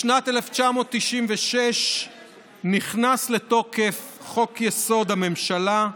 בשנת 1996 נכנס לתוקף חוק-יסוד: הממשלה,